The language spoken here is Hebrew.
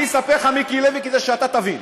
אני אספר לך, מיקי לוי, כדי שאתה תבין.